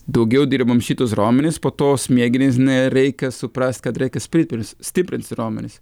daugiau dirbam šitus raumenis po to smegenys na reikia suprasti kad reikia spriperius stiprinsi raumenis